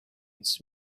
its